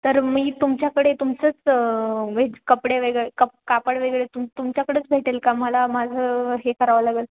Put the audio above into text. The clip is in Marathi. तर मी तुमच्याकडे तुमचंच व्हेज कपडे वेगळे कप कापड वेगळे तुम तुमच्याकडेच भेटेल का मला माझं हे करावं लागेल